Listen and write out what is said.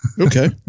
Okay